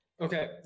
Okay